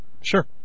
Sure